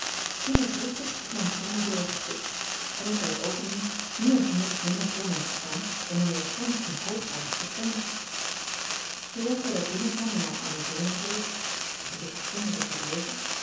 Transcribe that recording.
toen er driftig op mijne kamerdeur werd getikt en ik bij t opendoen niemand meer of minder voor mij zag staan dan majoor frans in hoog eigen persoon zooals zij daar binnenkwam in haar amazonekleed gelukkig zonder de